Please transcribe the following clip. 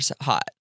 hot